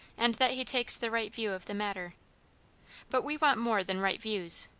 and that he takes the right view of the matter but we want more than right views,